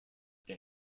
dam